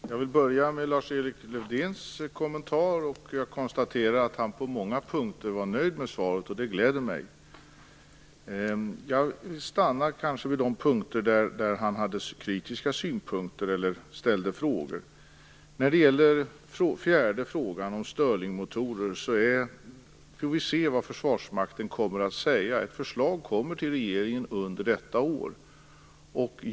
Fru talman! Jag vill börja med Lars-Eriks Lövdéns kommentar. Jag konstaterar att han på många punkter var nöjd med svaret, vilket gläder mig. Jag stannar vid de punkter där han hade kritiska synpunkter eller ställde frågor. I den fjärde frågan om Sterlingmotorer får vi se vad Försvarsmakten kommer att säga. Ett förslag kommer till regeringen under detta år.